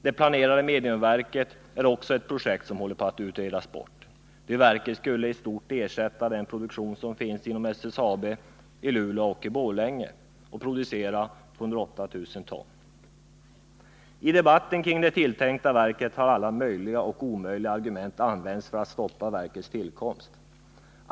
Det planerade mediumverket är också ett projekt som håller på att utredas bort. Det verket skulle i stort ersätta den produktion som finns inom SSAB i Luleå och Borlänge och producera 208 000 ton. I debatten kring det tilltänkta verket har alla möjliga och omöjliga argument använts för att stoppa verkets tillkomst.